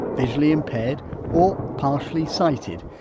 visually impaired or partially sighted?